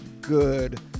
good